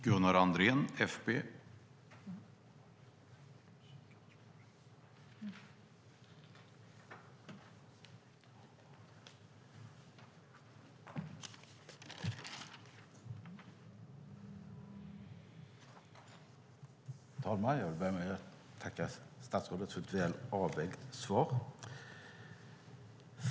Herr talman! Jag vill börja med att tacka statsrådet för ett väl avvägt svar.